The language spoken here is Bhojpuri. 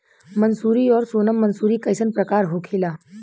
मंसूरी और सोनम मंसूरी कैसन प्रकार होखे ला?